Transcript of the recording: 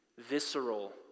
visceral